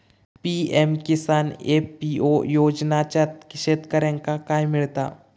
PM Kisan FPO योजनाच्यात शेतकऱ्यांका काय मिळता?